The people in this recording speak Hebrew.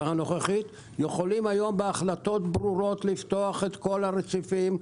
הנוכחית יכולים היום בהחלטות ברורות לפתוח את כל הרציפים.